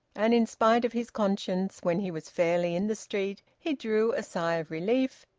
and in spite of his conscience, when he was fairly in the street he drew a sigh of relief,